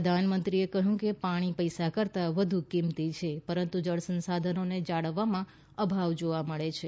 પ્રધાનમંત્રીએ કહ્યું કે પાણી પૈસા કરતાં વધુ કિંમતી છે પરંતુ જળ સંસાધનોને જાળવવામાં અભાવ જોવા મળે છે